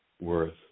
worth